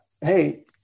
hey